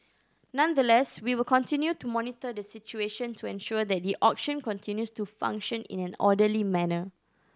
nonetheless we will continue to monitor the situation to ensure that the auction continues to function in an orderly manner